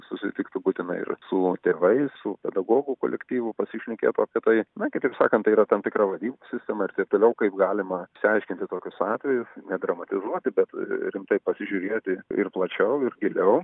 susitiktų būtinai ir su tėvais su pedagogų kolektyvu pasišnekėtų apie tai na kitaip sakant tai yra tam tikra vadybos sistema ir taip toliau kaip galima išsiaiškinti tokius atvejus nedramatizuoti bet a rimtai pasižiūrėti ir plačiau ir giliau